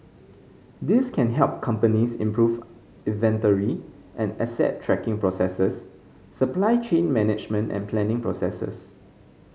these can help companies improve inventory and asset tracking processes supply chain management and planning processes